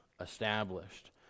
established